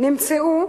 נמצאו